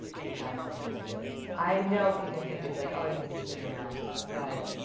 and god help me, i did it. i know people think it's like, oh you had to spin around. but